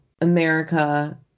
America